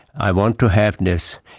i want to have this,